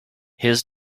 his